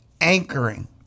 anchoring